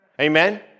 Amen